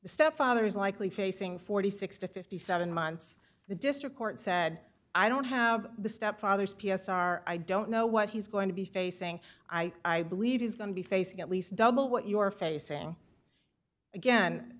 the stepfather is likely facing forty six to fifty seven months the district court said i don't have the stepfather's p s r i don't know what he's going to be facing i believe he's going to be facing at least double what you're facing again